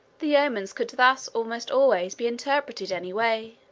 the omens could thus almost always be interpreted any way,